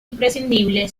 imprescindible